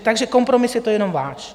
Takže kompromis je to jenom váš.